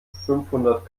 fünfhundert